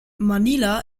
manila